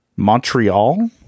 Montreal